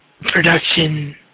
production